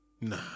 nah